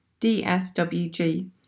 DSWG